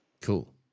Cool